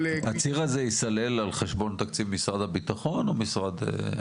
הציר הזה ייסלל על חשבון תקציב משרד הביטחון או משרד התחבורה?